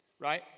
right